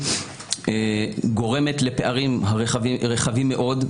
גורמת לפערים רחבים מאוד,